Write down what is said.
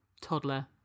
toddler